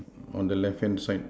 on the left hand side